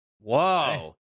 Whoa